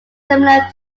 similar